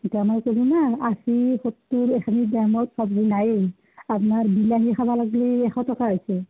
এতিয়া মই ক'লো না আশী সত্তৰ এইখিনি দামত চব্জি নায়েই আপোনাৰ বিলাহী খাব লাগিলে এশ টকা হৈছে